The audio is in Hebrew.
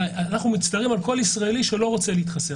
אנחנו מצטערים על כל ישראלי שלא רוצה להתחסן.